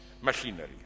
machinery